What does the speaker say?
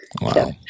wow